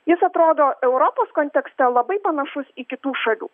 jis atrodo europos kontekste labai panašus į kitų šalių